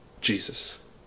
Jesus